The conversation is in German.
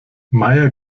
meier